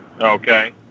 Okay